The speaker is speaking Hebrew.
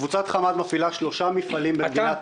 קבוצת חמת מפעילה שלושה מפעלים במדינת